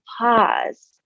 pause